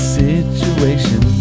situation